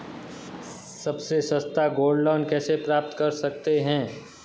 सबसे सस्ता gold loan कैसे प्राप्त कर सकते हैं?